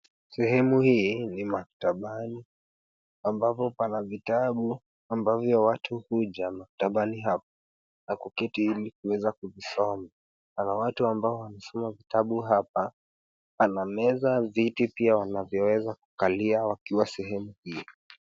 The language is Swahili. Sehemu hii ni maktabani ambapo pana vitabu ambavyo watu huja maktabani hapa na kuketi hili kuweza kuvisoma. Pana watu ambao wanasoma vitabu hapa. Pana meza, viti pia wanavyoweza kukalia wakiwa sehemu hii.